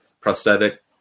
prosthetic